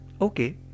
Okay